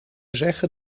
zeggen